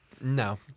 No